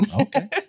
Okay